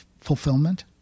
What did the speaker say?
fulfillment